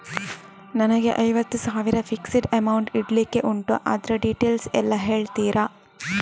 ನನಗೆ ಐವತ್ತು ಸಾವಿರ ಫಿಕ್ಸೆಡ್ ಅಮೌಂಟ್ ಇಡ್ಲಿಕ್ಕೆ ಉಂಟು ಅದ್ರ ಡೀಟೇಲ್ಸ್ ಎಲ್ಲಾ ಹೇಳ್ತೀರಾ?